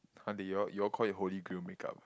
!huh! then you all you all call it holy grail make-up